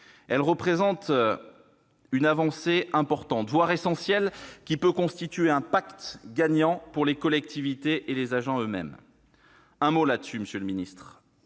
mesure représente une avancée importante, voire essentielle, qui peut constituer un pacte gagnant pour les collectivités et les agents eux-mêmes. Un mot sur ce point, monsieur le secrétaire